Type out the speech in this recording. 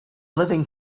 living